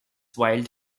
wild